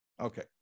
Okay